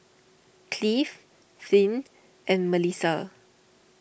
Cleave Finn and Milissa